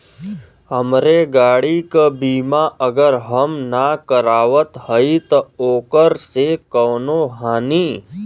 हमरे गाड़ी क बीमा अगर हम ना करावत हई त ओकर से कवनों हानि?